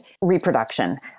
reproduction